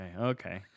Okay